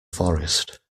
forest